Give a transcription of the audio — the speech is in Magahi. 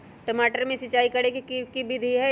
टमाटर में सिचाई करे के की विधि हई?